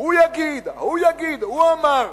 הוא יגיד, ההוא יגיד, הוא אמר,